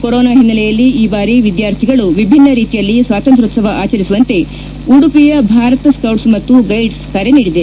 corona ಹಿನ್ನೆಲೆಯಲ್ಲಿ ಈ ಬಾರಿ ವಿದ್ಯಾರ್ಥಿಗಳು ವಿಭಿನ್ನ ರೀತಿಯಲ್ಲಿ ಸ್ವಾತಂತ್ರೋತ್ಸವ ಆಚರಿಸುವಂತೆ ಉಡುಪಿಯ ಭಾರತ್ ಸ್ಕೌಟ್ಸ್ ಮತ್ತು ಗೈಡ್ಸ್ ಕರೆ ನೀಡಿದೆ